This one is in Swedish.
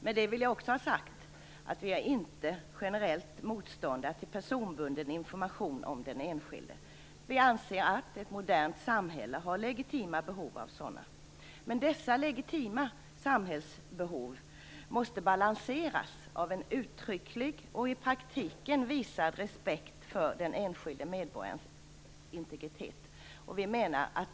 Med det vill jag också ha sagt att vi generellt inte är motståndare till personbunden information om den enskilde. Vi anser att ett modernt samhälle har legitima behov av sådan information. Men dessa legitima samhällsbehov måste balanseras av en uttrycklig och i praktiken visad respekt för den enskilde medborgarens integritet.